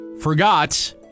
Forgot